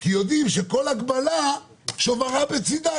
כי יודעים שכל הגבלה שוברה בצדה,